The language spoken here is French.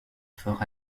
forts